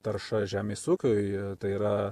tarša žemės ūkiui tai yra